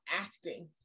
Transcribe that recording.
acting